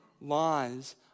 lies